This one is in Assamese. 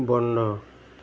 বন্ধ